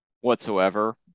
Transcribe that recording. whatsoever